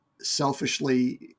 selfishly